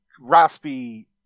raspy